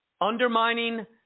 undermining